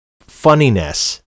funniness